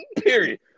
Period